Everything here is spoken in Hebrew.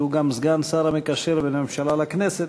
שהוא גם סגן השר המקשר בין הממשלה לכנסת.